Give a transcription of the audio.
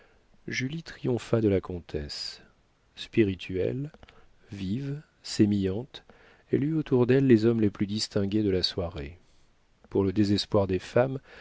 julie triompha de la comtesse spirituelle vive sémillante elle eut autour d'elle les hommes les plus distingués de la soirée pour le désespoir des femmes